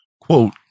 Quote